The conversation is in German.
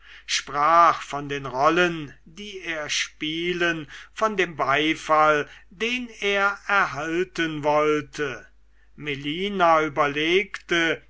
sprach von den rollen die er spielen von dem beifall den er erhalten wollte melina überlegte